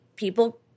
People